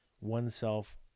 oneself